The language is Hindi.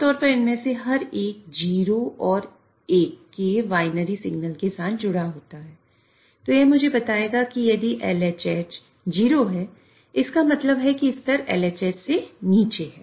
आमतौर पर इनमें से हर एक 0 और 1 के बाइनरी सिग्नल के साथ जुड़ा होता है तो यह मुझे बताएगा कि यदि LHH 0 है इसका मतलब है कि स्तर LHHसे नीचे है